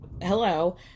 hello